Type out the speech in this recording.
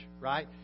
right